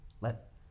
Let